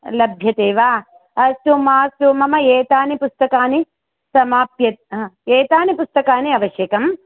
लभ्यते वा अस्तु मास्तु मम एतानि पुस्तकानि समाप्य हा पुस्तकानि आवश्यकम्